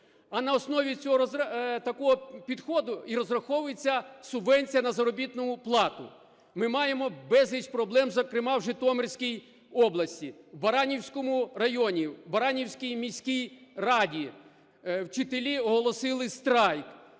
А на основі цього… такого підходу і розраховується субвенція на заробітну плату. Ми маємо безліч проблем, зокрема в Житомирській області. У Баранівському районі, у Баранівській міській раді вчителі оголосили страйк,